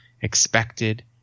expected